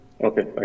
Okay